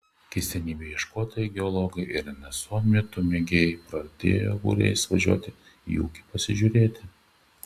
keistenybių ieškotojai geologai ir nso mitų mėgėjai pradėjo būriais važiuoti į ūkį pasižiūrėti